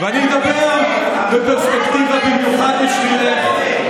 ואני מדבר בפרספקטיבה במיוחד בשבילך,